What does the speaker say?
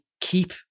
keep